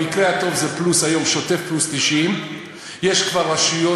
במקרה הטוב זה היום שוטף פלוס 90. יש כבר רשויות,